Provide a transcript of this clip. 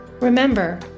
Remember